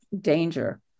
danger